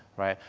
right?